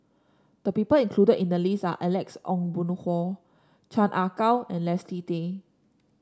the people included in the list are Alex Ong Boon Hau Chan Ah Kow and Leslie Tay